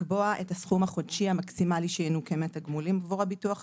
לקבוע את הסכום החודשי המקסימלי שינוכה מהתגמולים עבור הביטוח הסיעודי,